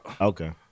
Okay